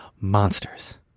monsters